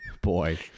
boy